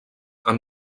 han